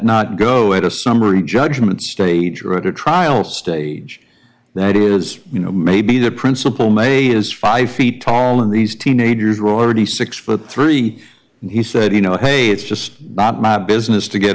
not go at a summary judgment stage or at a trial stage that is you know maybe the principal maybe is five feet tall and these teenagers are already six foot three and he said you know hey it's just not my business to get